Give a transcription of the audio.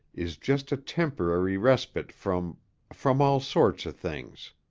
is just a temporary respite from from all sorts of things.